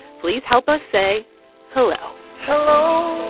please help us say hello hello,